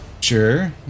Sure